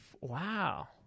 Wow